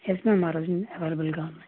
yes ma'am ఆరోజు rooms అవైలబుల్గా ఉన్నాయి